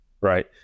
Right